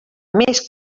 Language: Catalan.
més